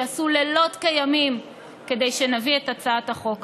שעשו לילות כימים כדי שנביא את הצעת החוק הזו,